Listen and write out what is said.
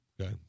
Okay